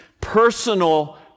personal